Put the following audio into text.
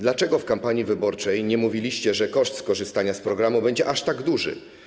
Dlaczego w kampanii wyborczej nie mówiliście, że koszt skorzystania z programu będzie aż tak duży?